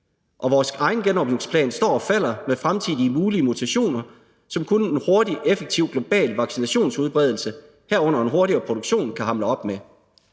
Vores egen genåbningsplan står og falder med at kunne hamle op med fremtidige mulige mutationer, som kun en hurtig og effektiv global vaccinationsudbredelse, herunder en hurtigere produktion, kan gøre.